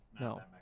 No